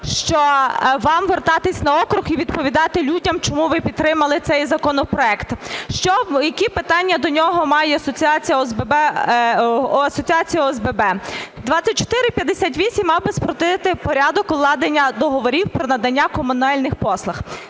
що вам повертатися на округ і відповідати людям чому ви підтримали цей законопроект? Що, які питання до нього має Асоціація ОСББ? 2458 мав би спростити порядок укладення договорів про надання комунальних послуг.